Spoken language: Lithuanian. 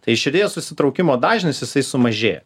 tai širdies susitraukimo dažnis jisai sumažėja